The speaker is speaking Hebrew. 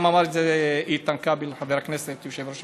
ואמר את גם חבר הכנסת איתן כבל,